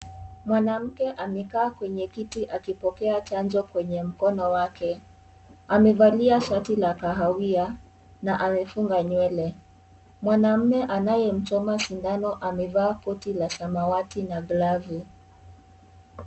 Mwanamke amekaa kwenye kiti, akipokea chanjo kwenye mkono wake. Amevalia shati la kahawia na amefunga nywele. Mwanaume anayemchoma sindano, amevaa koti la samawati na glavu .